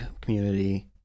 community